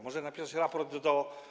Może napisać raport do.